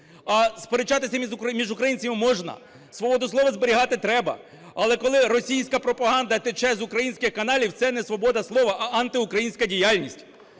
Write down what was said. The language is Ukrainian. А сперечатися між українцями можна. Свободу слова зберігати треба. Але коли російська пропаганда тече з українських каналів, це не свобода слова, а антиукраїнська діяльність.